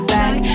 back